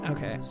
Okay